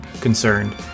concerned